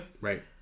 Right